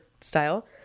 style